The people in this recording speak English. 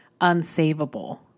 unsavable